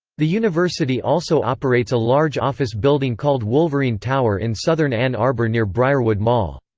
the university also operates a large office building called wolverine tower in southern ann arbor near briarwood mall.